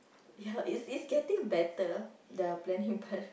yeah its its getting better the planning part